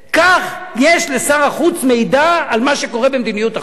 כך יש לשר החוץ מידע על מה שקורה במדיניות החוץ?